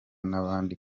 n’abandi